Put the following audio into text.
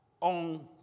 on